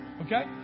Okay